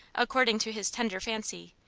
according to his tender fancy,